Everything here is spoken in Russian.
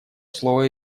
слово